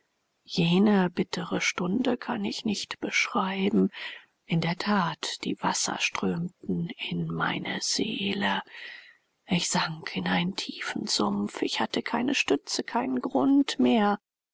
jene bittere stunde kann ich nicht beschreiben in der that die wasser strömten in meine seele ich sank in einen tiefen sumpf ich hatte keine stütze keinen grund mehr